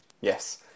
Yes